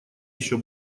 еще